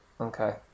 Okay